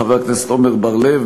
חבר הכנסת עמר בר-לב,